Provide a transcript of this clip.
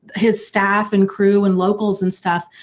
his staff and crew and locals and stuff,